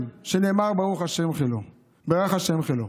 שנאמר 'ברך ה' חילו'